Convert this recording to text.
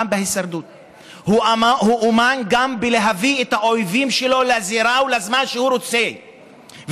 והוא אומן גם בלהביא את האויבים שלו לזירה ולזמן שהוא רוצה,